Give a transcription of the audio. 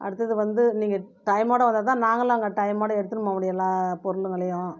அடுத்தது வந்து நீங்கள் டைம்மோட வந்தால் தான் நாங்களும் அங்கே டைம்மோட எடுத்துன்னு போகமுடியும் எல்லா பொருளுங்களையும்